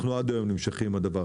אנחנו עד היום נמשכים עם זה.